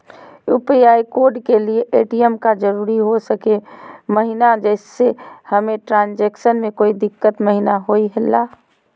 UPI code के लिए ATM का जरूरी हो सके महिना जिससे हमें ट्रांजैक्शन में कोई दिक्कत महिना हुई ला?